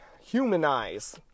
humanize